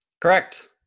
Correct